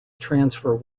transfer